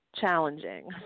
Challenging